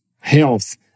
health